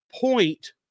point